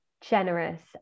generous